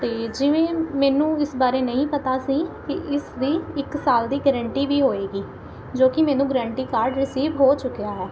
ਅਤੇ ਜਿਵੇਂ ਮੈਨੂੰ ਇਸ ਬਾਰੇ ਨਹੀਂ ਪਤਾ ਸੀ ਕਿ ਇਸਦੀ ਇੱਕ ਸਾਲ ਦੀ ਗਰੰਟੀ ਵੀ ਹੋਵੇਗੀ ਜੋ ਕਿ ਮੈਨੂੰ ਗਰੰਟੀ ਕਾਰਡ ਰਿਸੀਵ ਹੋ ਚੁੱਕਿਆ ਹੈ